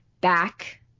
back